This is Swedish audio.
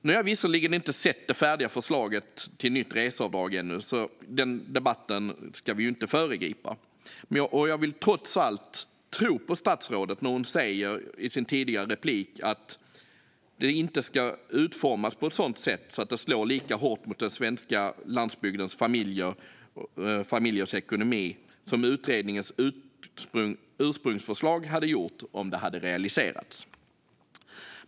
Nu har vi visserligen inte sett det färdiga förslaget till nytt reseavdrag ännu, så den debatten ska vi inte föregripa. Jag vill trots allt tro på statsrådet när hon i sitt tidigare inlägg säger att det inte ska utformas på ett sådant sätt att det slår lika hårt mot svenska landsbygdsfamiljers ekonomi som utredningens ursprungsförslag hade gjort om det hade realiserats.